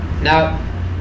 Now